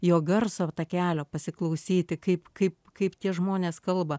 jo garso takelio pasiklausyti kaip kaip kaip tie žmonės kalba